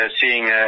seeing